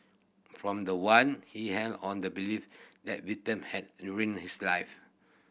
from the one he held on the belief that victim had ruined his life